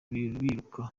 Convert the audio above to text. biruka